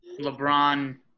LeBron